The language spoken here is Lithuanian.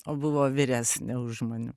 o buvo vyresnė už mane